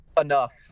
Enough